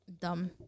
dumb